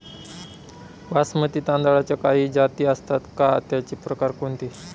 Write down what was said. बासमती तांदळाच्या काही जाती असतात का, त्याचे प्रकार कोणते?